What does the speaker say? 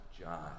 John